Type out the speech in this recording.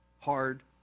hard